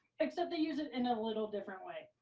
except they use it in a little different way.